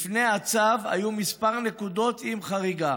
לפני הצו היו כמה נקודות עם חריגה,